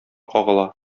кагыла